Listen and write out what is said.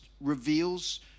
reveals